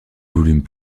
volumes